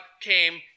came